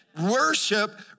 Worship